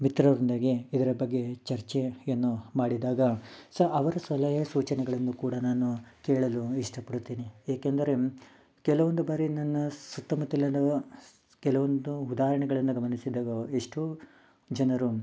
ಮಿತ್ರರೊಂದಿಗೆ ಇದರ ಬಗ್ಗೆ ಚರ್ಚೆಯನ್ನು ಮಾಡಿದಾಗ ಸೊ ಅವರು ಸಲಹೆ ಸೂಚನೆಗಳನ್ನು ಕೂಡ ನಾನು ಕೇಳಲು ಇಷ್ಟಪಡುತ್ತೀನಿ ಏಕೆಂದರೆ ಕೆಲವೊಂದು ಬಾರಿ ನನ್ನ ಸುತ್ತಮುತ್ತಲಿರುವ ಕೆಲವೊಂದು ಉದಾಹರಣೆಗಳನ್ನು ಗಮನಿಸಿದಾಗ ಎಷ್ಟೋ ಜನರು